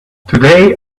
today